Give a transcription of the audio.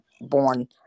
born